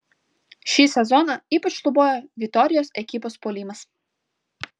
šį sezoną ypač šlubuoja vitorijos ekipos puolimas